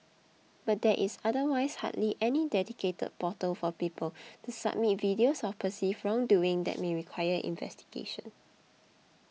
but there is otherwise hardly any dedicated portal for people to submit videos of perceived wrongdoing that may require investigation